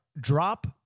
Drop